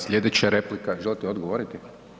Slijedeća replika, želite odgovoriti?